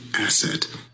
asset